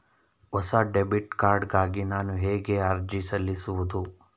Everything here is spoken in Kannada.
ಹೊಸ ಡೆಬಿಟ್ ಕಾರ್ಡ್ ಗಾಗಿ ನಾನು ಹೇಗೆ ಅರ್ಜಿ ಸಲ್ಲಿಸುವುದು?